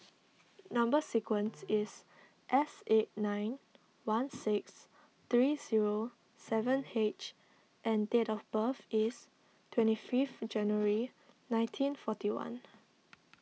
Number Sequence is S eight nine one six three zero seven H and date of birth is twenty five January nineteen forty one